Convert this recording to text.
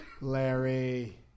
Larry